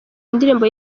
indirimbo